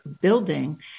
building